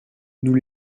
nous